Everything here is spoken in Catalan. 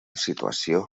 situació